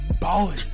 ballin